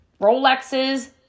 Rolexes